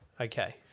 Okay